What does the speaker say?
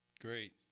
Great